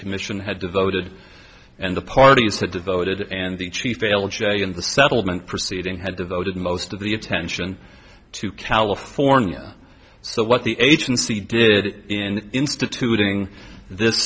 commission had devoted and the parties had devoted and the chief failing in the settlement proceeding had devoted most of the attention to california so what the agency did in instituting this